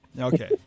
Okay